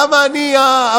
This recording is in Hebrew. למה אני הבעיה?